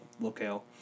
Locale